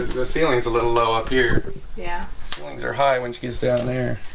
the ceilings a little low up here yeah swings are high when she gets down there